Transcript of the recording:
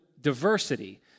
diversity